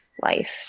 life